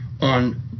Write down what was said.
on